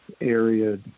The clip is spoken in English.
area